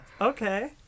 Okay